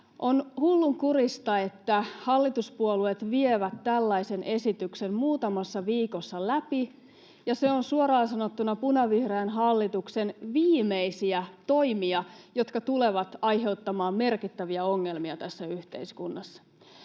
On hullunkurista, että hallituspuolueet vievät tällaisen esityksen muutamassa viikossa läpi, ja se on suoraan sanottuna punavihreän hallituksen viimeisiä toimia, jotka tulevat aiheuttamaan merkittäviä ongelmia tässä yhteiskunnassa.